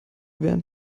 wären